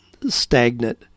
stagnant